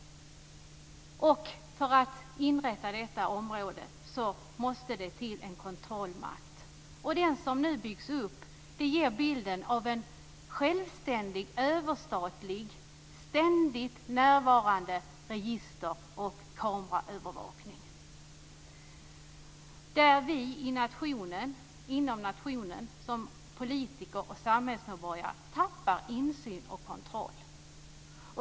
För att inrätta detta område måste det till en kontrollmakt. Den som nu byggs upp ger bilden av en självständig, överstatlig, ständigt närvarande register och kameraövervakning, där vi politiker och samhällsmedborgare inom nationen tappar insyn och kontroll.